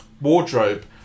wardrobe